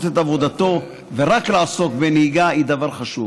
את עבודתו ולעסוק רק בנהיגה היא דבר חשוב.